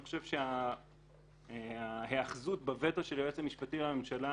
אני חושב שההיאחזות בווטו של היועץ המשפטי לממשלה